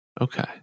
Okay